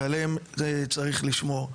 ועליהם צריך לשמור.